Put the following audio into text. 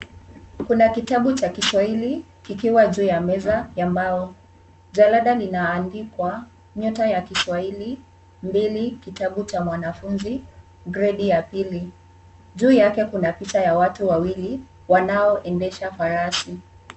Kuna kitabu cha Kiswahili kikiwa juu ya meza ya mbao. Jalada linaandikwa Nyota ya Kiswahili, mbili, kitabu cha mwanafunzi gredi ya pili. Juu yake kuna picha ya watu wawili wanaoendesha farasi.